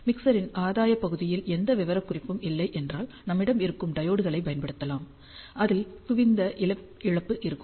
மிக்சரின் ஆதாயப் பகுதியில் எந்த விவரக்குறிப்பும் இல்லை என்றால் நம்மிடம் இருக்கும் டையோட்களைப் பயன்படுத்தலாம் அதில் குவிந்த இழப்பு இருக்கும்